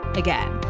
again